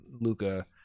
Luca